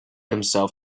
himself